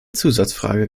zusatzfrage